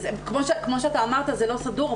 כמו שאמרת זה לא סדור,